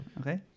Okay